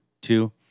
two